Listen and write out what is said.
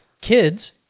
kids